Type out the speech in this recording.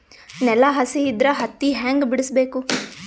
ನೆಲ ಹಸಿ ಇದ್ರ ಹತ್ತಿ ಹ್ಯಾಂಗ ಬಿಡಿಸಬೇಕು?